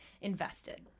invested